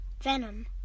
Venom